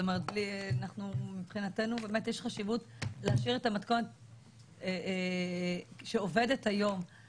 זאת אומרת מבחינתנו באמת יש חשיבות להשאיר את המתכונת שעובדת היום,